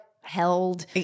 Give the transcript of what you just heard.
held